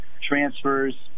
transfers